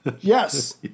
Yes